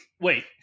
wait